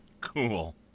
Cool